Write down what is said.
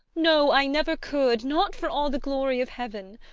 no, i never could! not for all the glory of heaven!